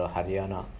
Haryana